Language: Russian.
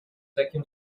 таким